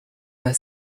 their